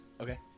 Okay